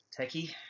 techie